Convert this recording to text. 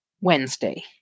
Wednesday